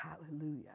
Hallelujah